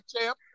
champ